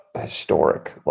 historic